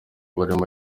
barimo